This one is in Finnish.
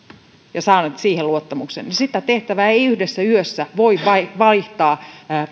ja he ovat saaneet siihen luottamuksen niin sitä tehtävää ei yhdessä yössä voi vaihtaa